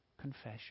confession